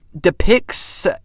depicts